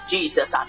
Jesus